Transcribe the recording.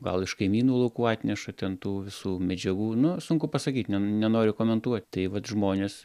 gal iš kaimynų laukų atneša ten tų visų medžiagų nu sunku pasakyt nenoriu komentuot tai vat žmones